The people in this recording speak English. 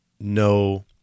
no